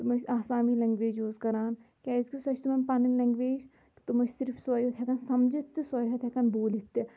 تِم ٲسۍ آسامی لینٛگویج یوٗز کَران کیٛازِکہِ سۄ چھِ تِمَن پَنٕنۍ لنٛگویج تِم ٲسۍ صرف سۄے یوت ہٮ۪کان سَمجِتھ تہٕ سۄے یوت ہٮ۪کان بوٗلِتھ تہِ